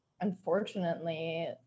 unfortunately